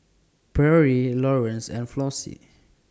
Pierre Lawrance and Flossie